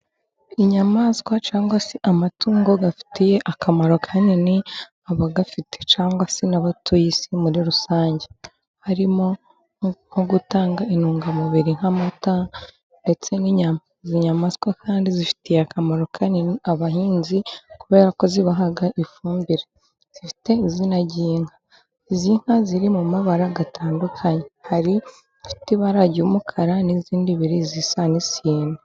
Inyamaswa cyangwa se amatungo afitiye akamaro kanini abayafite cyangwa se n'abatuye isi muri rusange, harimo: nko gutanga intungamubiri nk'amata, ndetse n'inyama. Inyamaswa kandi zifitiye akamaro kanini abahinzi kubera ko zibaha ifumbire, zifite izina ry'inka. Izi nka ziri mu mabara atandukanye, hari ifite ibara ry'umukara, n'izindi ebyiri zisa n'isine.